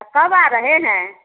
तो कब आ रहे हैं